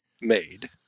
made